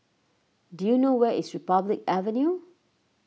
do you know where is Republic Avenue